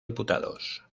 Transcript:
diputados